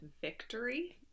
victory